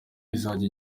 izajya